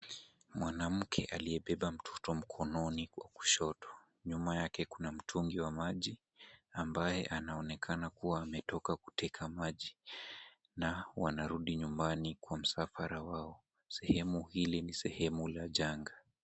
Mwanamke aliyebeba mtoto mkononi kwa kushoto. Nyuma yake kuna mtungi wa maji ambaye anaonekana kuwa ametoka kuteka maji na wanarudi nyumbani kwa msafara wao. Sehemu hili ni sehemu la janga.